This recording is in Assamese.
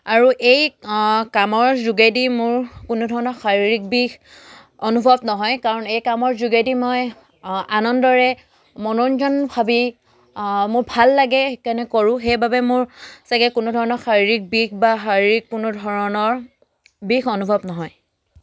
আৰু এই কামৰ যোগেদি মোৰ কোনো ধৰণৰ শাৰীৰিক বিষ অনুভৱ নহয় কাৰণ এই কামৰ যোগেদি মই আনন্দৰে মনোৰঞ্জন ভাবি মোৰ ভাল লাগে সেইকাৰণ কৰো সেইবাবে মোৰ চাগে কোনো ধৰণৰ শাৰীৰিক বিষ বা শাৰীৰিক কোনো ধৰণৰ বিষ অনুভৱ নহয়